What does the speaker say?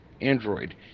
Android